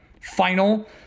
final